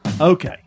Okay